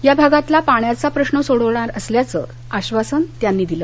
या भागातला पाण्याचा प्रश्न सोडवणार असल्याचं आश्वासन त्यांनी दिलं